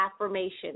affirmation